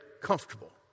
comfortable